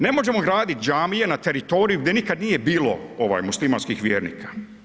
Ne možemo graditi džamije na teritoriju gdje nikada nije bilo muslimanskih vjernika.